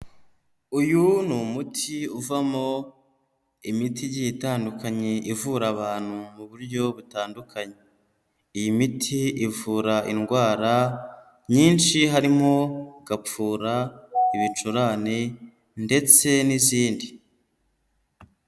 Uyu ni umuti uvamo imiti igiye itandukanye ivura abantu mu buryo butandukanye, iyi miti ivura indwara nyinshi harimo gupfura, ibicurane ndetse n'izindi.